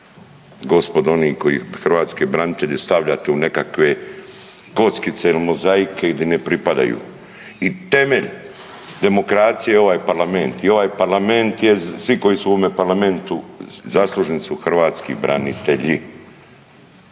gospodo oni koji hrvatske branitelje stavljate u nekakve kockice ili mozaike gdje ne pripadaju. I temelj demokracije je ovaj parlament i ovaj parlament je, svi koji su u ovome parlamentu zaslužni su hrvatski branitelji.